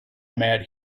mad